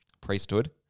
priesthood